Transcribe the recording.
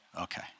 okay